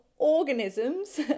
organisms